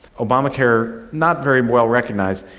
obamacare, not very well recognised,